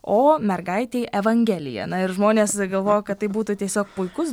o mergaitei evangelija na ir žmonės galvoja kad tai būtų tiesiog puikus